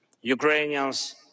Ukrainians